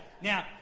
Now